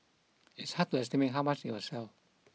it's hard to estimate how much it will sell